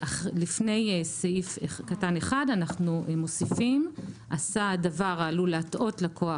לפני סעיף קטן (1) אנחנו מוסיפים 'עשה דבר העלול להטעות לקוח